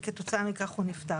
וכתוצאה מכך הוא נפטר.